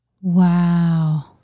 wow